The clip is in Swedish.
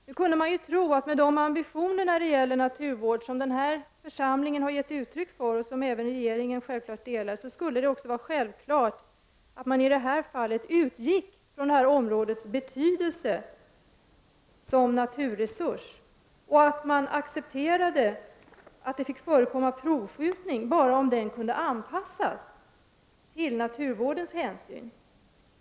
Nu kunde man ju tro att det, med de ambitioner när det gäller naturvård som denna församling har gett uttryck för och som även regeringen självfallet delar, skulle vara självklart att man i detta fall utgick från områdets betydelse som naturresurs och att man accepterade att det fick förekomma provskjutning bara om den kunde anpassas till naturvårdshänsyn.